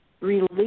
release